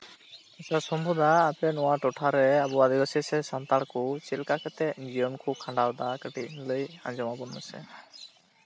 ᱟᱪᱪᱷᱟ ᱥᱚᱢᱵᱷᱩ ᱫᱟ ᱟᱯᱮ ᱱᱚᱣᱟ ᱴᱚᱴᱷᱟ ᱨᱮ ᱟᱵᱚ ᱟᱫᱤᱵᱟᱥᱤ ᱥᱮ ᱥᱟᱱᱛᱟᱲ ᱠᱚ ᱪᱮᱫᱞᱮᱠᱟ ᱠᱟᱛᱮ ᱡᱤᱭᱚᱱ ᱠᱚ ᱠᱷᱟᱸᱰᱟᱣᱫᱟ ᱠᱟᱹᱴᱤᱡ ᱞᱟᱹᱭ ᱟᱸᱡᱚᱢᱟᱵᱚᱱ ᱢᱮᱥᱮ